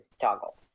toggle